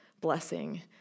blessing